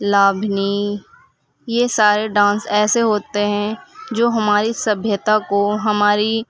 لابھنی یہ سارے ڈانس ایسے ہوتے ہیں جو ہمارے سبھیتا کو ہماری